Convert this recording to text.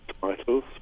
titles